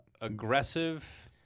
aggressive